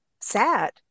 sad